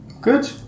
Good